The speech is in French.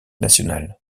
nationale